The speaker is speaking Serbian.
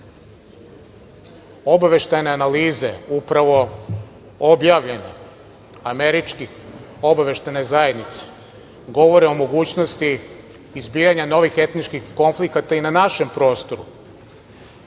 svetom. Obaveštajne analize upravo objavljene, američkih obaveštajnih zajednica, govore o mogućnosti izbijanja novih etničkih konflikata i na našem prostoru.